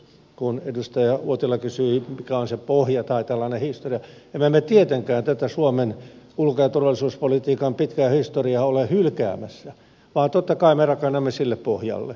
kun edustaja uotila kysyi mikä on se pohja tai tällainen historia emme me tietenkään tätä suomen ulko ja turvallisuuspolitiikan pitkään historiaa ole hylkäämässä vaan totta kai me rakennamme sille pohjalle